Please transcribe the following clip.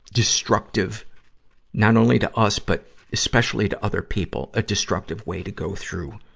destructive not only to us, but especially to other people a destructive way to go through,